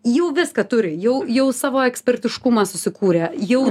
jau viską turi jau jau savo ekspertiškumą susikūrė jau